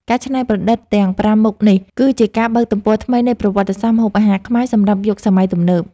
ការច្នៃប្រឌិតទាំងប្រាំមុខនេះគឺជាការបើកទំព័រថ្មីនៃប្រវត្តិសាស្ត្រម្ហូបអាហារខ្មែរសម្រាប់យុគសម័យទំនើប។